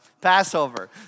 Passover